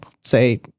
say